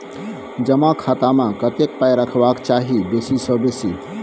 जमा खाता मे कतेक पाय रखबाक चाही बेसी सँ बेसी?